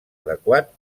adequat